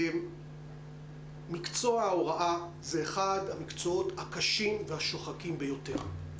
מקצוע ההוראה הוא אחד המקצוע הקשים והשוחקים ביותר.